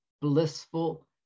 blissful